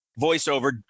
voiceover